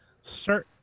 certain